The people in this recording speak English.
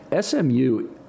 SMU